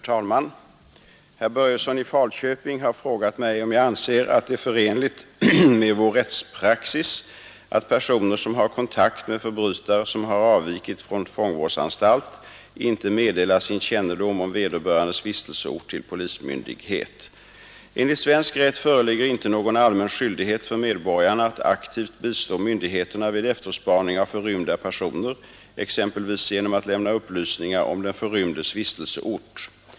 Herr talman! Herr Börjesson i Falköping har frågat mig om jag anser att det är förenligt med vår rättspraxis att personer, som har kontakt med förbrytare som har avvikit från fångvårdsanstalt, inte meddelar sin kännedom om vederbörandes vistelseort till polismyndighet. Enligt svensk rätt föreligger inte någon allmän skyldighet för medborgarna att aktivt bistå myndigheterna vid efterspaning av förrymda personer, exempelvis genom att lämna upplysning om den förrymdes vistelseort.